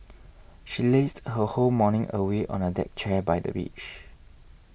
she lazed her whole morning away on a deck chair by the beach